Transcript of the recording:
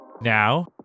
Now